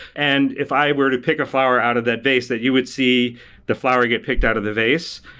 and if i were to pick a flower out of that vase, that you would see the flower get picked out of the vase.